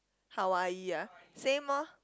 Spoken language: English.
Hawaii ah same lor